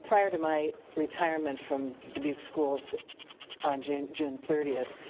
prior to my retirement from dubuque schools on june june thirtieth.